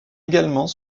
également